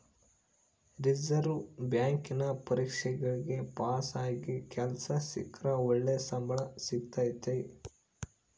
reserve ಬ್ಯಾಂಕಿನ ಪರೀಕ್ಷೆಗ ಪಾಸಾಗಿ ಕೆಲ್ಸ ಸಿಕ್ರ ಒಳ್ಳೆ ಸಂಬಳ ಸಿಕ್ತತತೆ